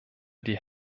die